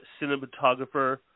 cinematographer